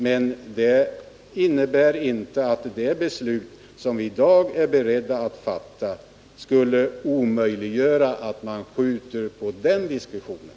Men det innebär inte att det beslut som vi i dag är beredda att fatta omöjliggör ett uppskjutande av den diskussionen.